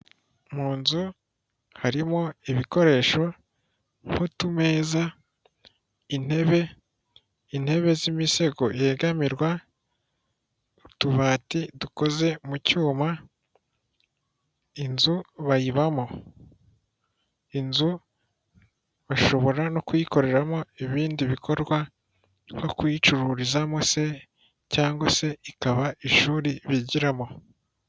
Mu nzu harimo ibikoresho nk'utumeza intebe. intebe z'imisego yegamirwa, utubati dukoze mu cyuma inzu bayibamo. inzu bashobora no kuyikoreramo ibindi bikorwa nko kuyicururizamo se, cyangwa se ikaba ishuri bigiramo.